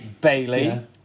Bailey